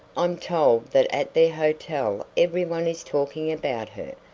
i'm told that at their hotel everyone is talking about her,